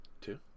Two